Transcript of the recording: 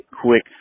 quick